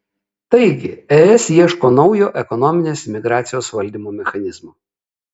taigi es ieško naujo ekonominės imigracijos valdymo mechanizmo